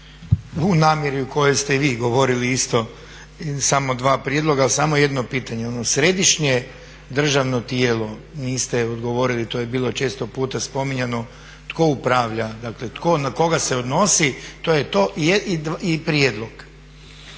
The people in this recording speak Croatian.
u namjeri u kojoj ste i vi govorili isto samo dva prijedloga. Samo jedno pitanje. Središnje državno tijelo niste odgovorili, to je bilo često puta spominjano, tko upravlja dakle na koga se odnosi? To je to. I prijedlog,